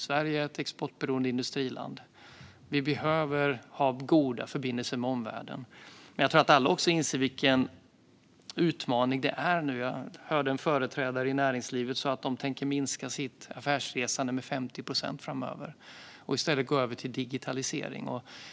Sverige är ett exportberoende industriland, och vi behöver ha goda förbindelser med omvärlden. Men jag tror att alla också inser vilken utmaning vi har nu. Jag hörde en företrädare för näringslivet säga att de tänker minska sitt affärsresande med 50 procent framöver och i stället gå över till digitalisering.